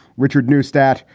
richard, newsthat,